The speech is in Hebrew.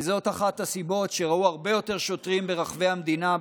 וזאת אחת הסיבות שראו הרבה יותר שוטרים ברחבי המדינה,